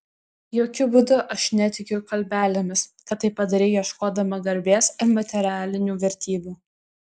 jokiu būdu aš netikiu kalbelėmis kad tai padarei ieškodama garbės ar materialinių vertybių